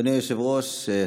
אדוני היושב-ראש,